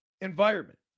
environment